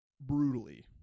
brutally